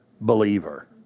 believer